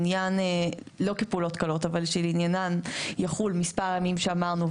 לא כפעולות קלות אבל שלעניינן יחול מספר הימים שאמרנו,